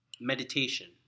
meditation